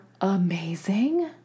amazing